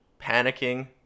panicking